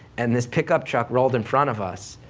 and this pickup truck rolled in front of us,